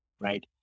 right